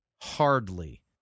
Hardly